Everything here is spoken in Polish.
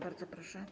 Bardzo proszę.